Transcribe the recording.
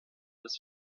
des